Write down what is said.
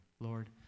Lord